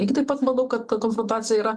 lygiai taip pat manau kad konfrontacija yra